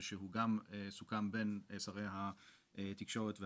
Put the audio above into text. ושהוא גם סוכם בין שרי התקשורת והתרבות.